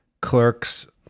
Clerks